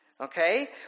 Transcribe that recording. Okay